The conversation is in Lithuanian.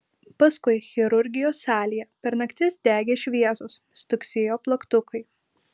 paskui chirurgijos salėje per naktis degė šviesos stuksėjo plaktukai